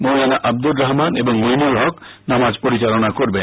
মৌলানা আদ্দুর রহমান এবং মইনুল হক নামাজ পরিচালনা করবেন